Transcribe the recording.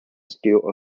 scale